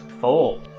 four